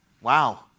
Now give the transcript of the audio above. Wow